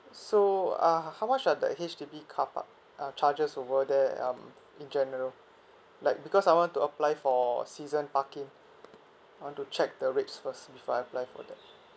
so uh how much are the H_D_B car park uh charges over there um in general like because I want to apply for season parking I want to check the rates first before I apply for that